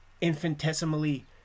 infinitesimally